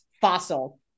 fossil